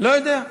לא יודע.